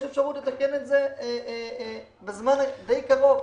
יש אפשרות לתקן את זה בזמן די קרוב.